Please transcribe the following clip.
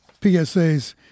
PSAs